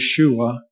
Yeshua